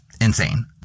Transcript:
insane